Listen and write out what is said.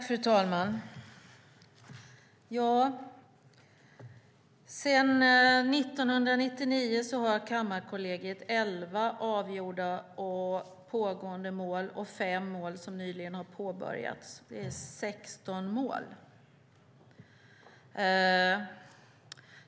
Fru talman! Sedan 1999 har Kammarkollegiet 11 avgjorda och pågående mål och 5 mål som nyligen har påbörjats. Det är 16 mål.